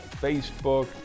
Facebook